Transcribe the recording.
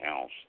else